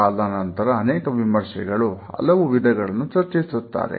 ಕಾಲಾನಂತರ ಅನೇಕ ವಿಮರ್ಶಕರು ಹಲವು ವಿಧಗಳನ್ನು ಚರ್ಚಿಸುತ್ತಾರೆ